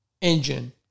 engine